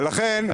לכן,